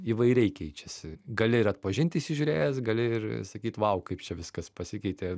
įvairiai keičiasi gali ir atpažinti įsižiūrėjęs gali ir sakyt vau kaip čia viskas pasikeitė